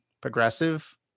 progressive